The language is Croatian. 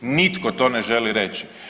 Nitko to ne želi reći.